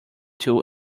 two